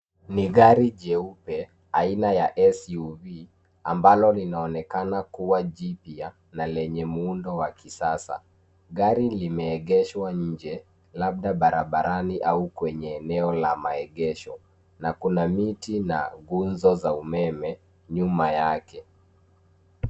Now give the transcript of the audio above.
Ni gari jeupe aina ya SUV ambalo linaonekana kuwa jipya na lenye muundo wa kisasa. Gari limeegeshwa nje labda barabarani au kwenye eneo la maegesho na kuna miti na nguzo za umeme nyuma yake.